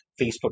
Facebook